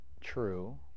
true